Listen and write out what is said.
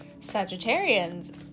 Sagittarians